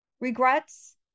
regrets